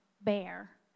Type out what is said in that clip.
bear